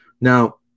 Now